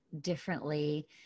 differently